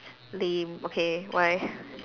lame okay why